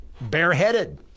bareheaded